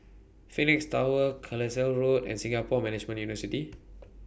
Phoenix Tower Carlisle Road and Singapore Management University